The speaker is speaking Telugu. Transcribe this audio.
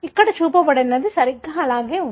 కాబట్టి ఇక్కడ చూపబడినది సరిగ్గా అదే ఉంది